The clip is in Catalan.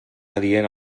adient